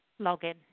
login